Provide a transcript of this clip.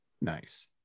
Nice